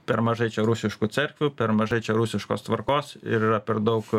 per mažai čia rusiškų cerkvių per mažai čia rusiškos tvarkos ir yra per daug